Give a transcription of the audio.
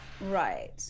Right